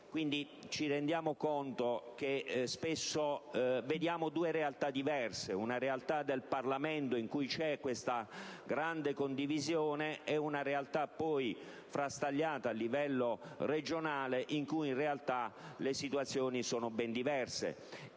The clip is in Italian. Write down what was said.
ci rendiamo conto che spesso si vedono due realtà diverse: una del Parlamento in cui si manifesta una grande condivisione e un'altra, frastagliata a livello regionale, in cui in realtà le situazioni sono ben diverse.